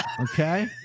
Okay